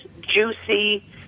juicy